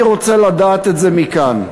אני רוצה לדעת את זה מכאן.